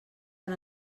han